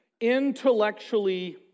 intellectually